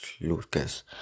Lucas